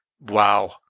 Wow